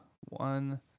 One